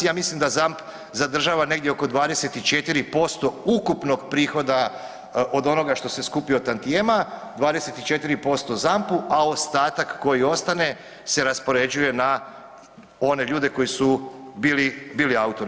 Ja mislim da ZAMP zadržava negdje oko 24% ukupnog prihoda od onoga što se skupi od tantijema, 24% ZAMP-u, a ostatak koji ostane se raspoređuje na one ljude koji su bili autori.